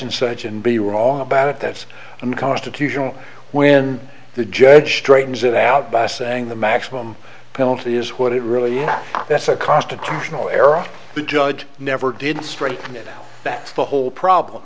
and such and be wrong about it that's unconstitutional when the judge straightens it out by saying the maximum penalty is what it really that's a constitutional era the judge never did strike it that's the whole problem